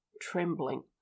trembling